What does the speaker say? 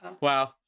Wow